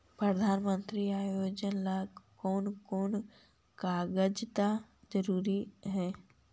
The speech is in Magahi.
प्रधानमंत्री योजना ला कोन कोन कागजात जरूरी है?